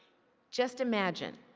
just imagine,